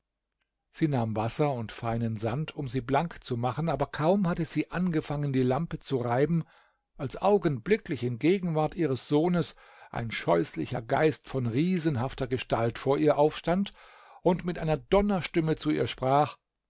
sie nahm wasser und feinen sand um sie blank zu machen aber kaum hatte sie angefangen die lampe zu reiben als augenblicklich in gegenwart ihres sohnes ein scheußlicher geist von riesenhafter gestalt vor ihr aufstand und mit einer donnerstimme zu ihr sprach